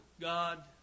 God